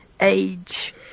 age